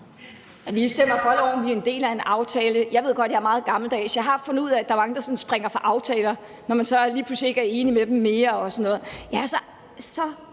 Vi stemmer for loven – vi er en del af en aftale. Jeg ved godt, jeg er meget gammeldags; jeg har fundet ud af, at der er mange, der sådan springer fra aftaler, når man så lige pludselig ikke er enig mere